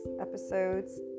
Episodes